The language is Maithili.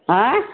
ऑंय